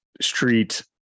street